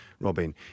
robin